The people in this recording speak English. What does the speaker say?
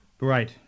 Right